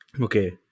Okay